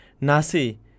Nasi